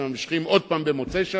וממשיכים שוב במוצאי שבת,